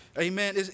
Amen